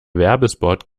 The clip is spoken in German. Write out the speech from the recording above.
werbespot